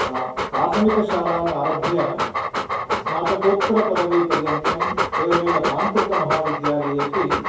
प्राथमिकशालामारभ्य स्नातकोत्तरपदवीपर्यन्तम् एवमेव तान्त्रिकमहाविद्यालयेपि